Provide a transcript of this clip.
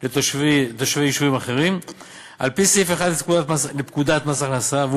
לתושבי יישובים אחרים על-פי סעיף 11 לפקודת מס הכנסה.